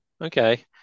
okay